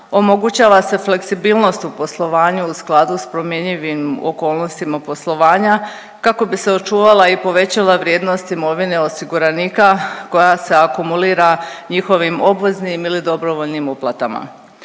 omogućava se fleksibilnost u poslovanju u skladu s promjenjivim okolnostima poslovanja kako bi se očuvala i povećala vrijednost imovine osiguranika koja se akumulira njihovim obveznim ili dobrovoljnim uplatama.